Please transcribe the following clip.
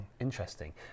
Interesting